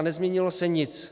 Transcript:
Nezměnilo se nic.